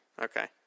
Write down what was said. Okay